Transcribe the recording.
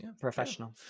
professional